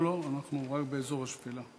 לא, לא, רק באזור השפלה.